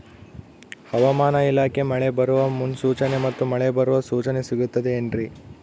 ಹವಮಾನ ಇಲಾಖೆ ಮಳೆ ಬರುವ ಮುನ್ಸೂಚನೆ ಮತ್ತು ಮಳೆ ಬರುವ ಸೂಚನೆ ಸಿಗುತ್ತದೆ ಏನ್ರಿ?